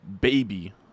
baby